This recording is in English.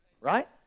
right